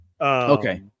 Okay